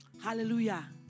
Hallelujah